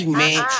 man